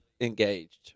engaged